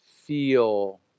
feel